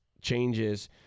changes